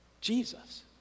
Jesus